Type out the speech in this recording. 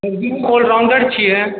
सरजी हम ऑलराउन्डर छियै